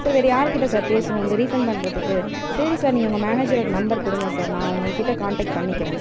sir வேறு யார்கிட்ட sir பேசணும் இந்த ரீஃபண்ட் பண்ணுறதுக்கு சரி சார் நீங்கள் உங்கள் மேனேஜரோட நம்பர் கொடுங்க சார் நான் அவங்ககிட்ட கான்டாக்ட் பண்ணிக்கிறேன்